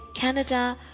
Canada